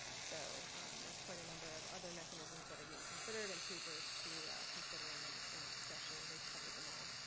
so there's quite a number of other mechanisms that are being considered and papers to consider in that in that discussion and we've covered them all.